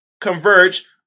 converge